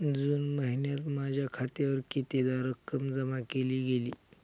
जून महिन्यात माझ्या खात्यावर कितीदा रक्कम जमा केली गेली?